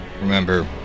Remember